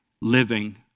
living